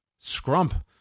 Scrump